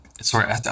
Sorry